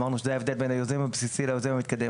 אמרנו שזה ההבדל בין היוזם הבסיסי ליוזם המתקדם.